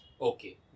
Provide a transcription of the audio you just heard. Okay